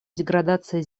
деградация